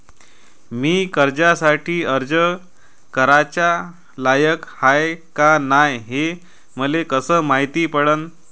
मी कर्जासाठी अर्ज कराचा लायक हाय का नाय हे मले कसं मायती पडन?